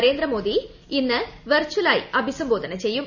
നരേന്ദ്രമോദി ഇന്ന് വെർച്ച്ലായി അഭിസംബോധന ചെയ്യും